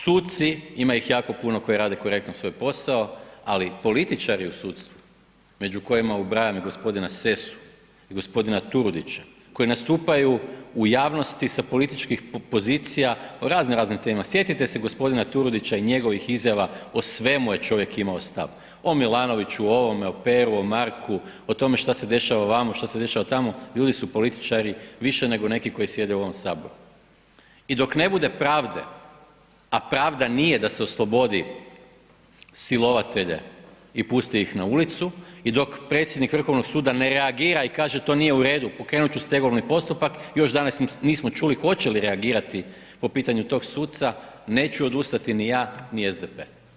Suci, ima ih jako puno koji rade korektno svoj posao ali političari u sudstvu, među kojima ubrajam i g. Sesu i g. Turudića, koji nastupaju u javnosti sa političkih pozicija od raznoraznih tema, sjetite se g. Turudića i njegovih izjava, o svemu je čovjek imao stav, o Milanoviću, o ovome, o Peri, o Marku, o tome šta se dešava vamo, šta se dešava tamo, ljudi su političari više nego neki koji sjede u ovom Saboru i dok ne bude pravda, a pravda nije da oslobodi silovatelje i pusti ih na ulicu i dok predsjednik Vrhovnog suda ne reagira i kaže to nije u redu, pokrenut ću stegovni postupak, još danas nismo čuli hoće li reagirati po pitanju tog suca, neću odustati ni ja ni SDP.